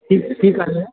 की की कहलिऐ